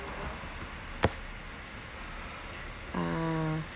ah